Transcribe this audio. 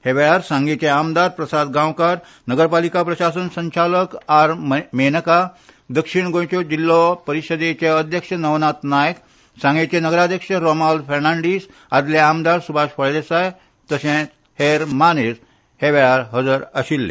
ह्या वेळार सांगेंचे आमदार प्रसाद गांवकार नगरपालिका संचालक आर मेनका दक्षीण गोंयचे जिल्लो परिशदेचे अध्यक्ष नवनाथ नायक सांगेंचे नगराध्यक्ष रोमाल्द फेर्नांदीश आदले आमदार सुभाष फळदेसाय तशेंच हेर मानेस्त हाजीर आशिल्ले